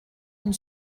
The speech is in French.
une